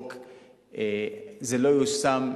זה לא יושם,